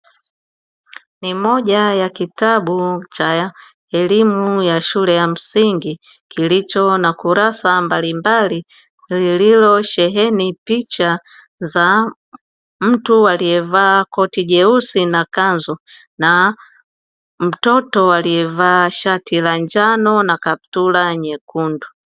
Ni moja ya kitabu cha elimu ya shule ya msingi kilicho na kurasa mbalimbali kilichosheheni picha za mtu alievaa koti jeusi na kanzu, na mtoto alievaa shati la njnao na kaptula nyekundu.